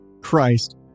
Christ